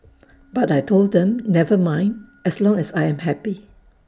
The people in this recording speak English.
but I Told them never mind as long as I am happy